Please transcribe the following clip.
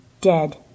dead